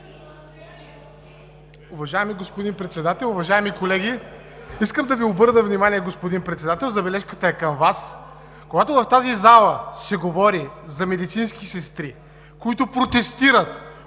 Уважаеми господин Председател, уважаеми колеги! Искам да Ви обърна внимание, господин Председател, забележката е към Вас: когато в тази зала се говори за медицински сестри, които протестират